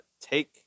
take